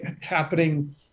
happening